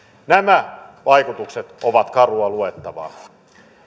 nämä vaikutukset ovat karua luettavaa